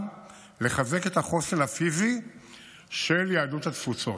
לחזק את החוסן הפיזי של יהדות התפוצות.